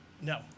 No